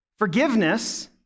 Forgiveness